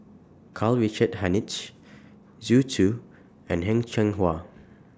Karl Richard Hanitsch Zhu Xu and Heng Cheng Hwa